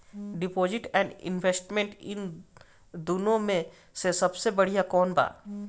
Deposit and investment इन दुनो मे से सबसे बड़िया कौन बा?